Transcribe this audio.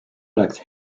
oleks